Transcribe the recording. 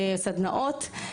סדנאות,